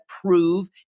prove